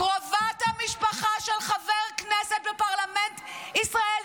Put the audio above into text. --- קרובת המשפחה של חבר כנסת בפרלמנט ישראל,